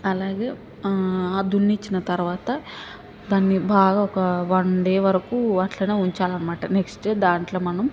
అలాగే ఆ దున్నిచ్చిన తర్వాత దాన్ని బాగా ఒక వన్ డే వరకు అట్లనే ఉంచాలి అనమాట నెక్స్ట్ దాంట్లో మనం